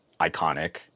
iconic